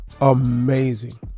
amazing